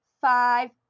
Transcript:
five